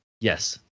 Yes